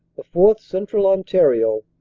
the fourth. central on tario,